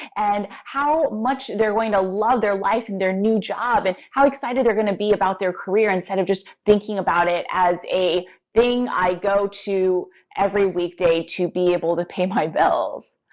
and how much they're going to love their life and their new job, and how excited they're going to be about their career instead of just thinking about it as a thing i go to every weekday to be able to pay my bills.